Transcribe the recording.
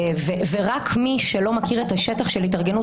ורק מי שלא מכיר את השטח של התארגנות